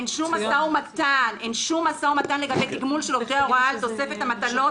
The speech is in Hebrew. אין שום משא ומתן לגבי תגמול של עובדי ההוראה על תוספת המטלות,